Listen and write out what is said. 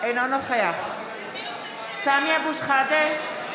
אינו נוכח סמי אבו שחאדה,